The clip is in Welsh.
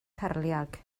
cyrliog